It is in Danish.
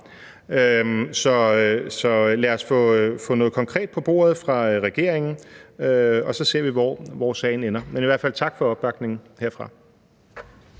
Så lad os få noget konkret på bordet fra regeringen, og så ser vi, hvor sagen ender. Men i hvert fald tak for opbakningen herfra.